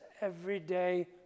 everyday